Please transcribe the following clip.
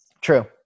True